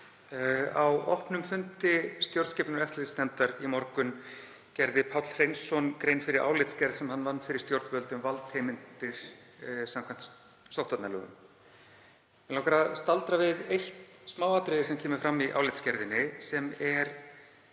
Á opnum fundi stjórnskipunar- og eftirlitsnefndar í morgun gerði Páll Hreinsson grein fyrir álitsgerð sem hann vann fyrir stjórnvöld um valdheimildir samkvæmt sóttvarnalögum. Mig langar að staldra við eitt smáatriði sem kemur fram í álitsgerðinni, sem er